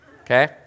okay